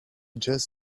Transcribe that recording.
just